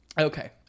okay